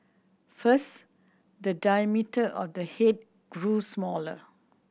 first the diameter of the head grew smaller